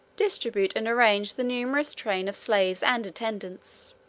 distribute and arrange the numerous train of slaves and attendants.